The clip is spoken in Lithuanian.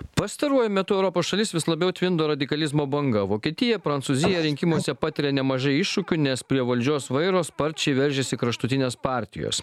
pastaruoju metu europos šalis vis labiau tvindo radikalizmo banga vokietija prancūzija rinkimuose patiria nemažai iššūkių nes prie valdžios vairo sparčiai veržiasi kraštutinės partijos